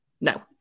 no